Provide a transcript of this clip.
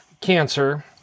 cancer